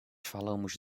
falamos